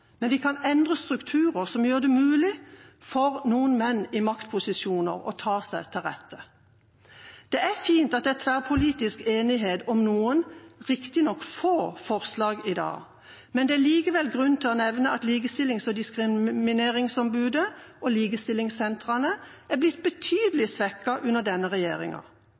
men vi kan endre strukturer som gjør det mulig for menn i maktposisjoner å ta seg til rette. Det er fint at det er tverrpolitisk enighet om noen, riktignok få, forslag i dag. Det er likevel grunn til å nevne at Likestillings- og diskrimineringsombudet og likestillingssentrene er blitt betydelig svekket under denne regjeringa.